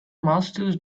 masters